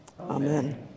Amen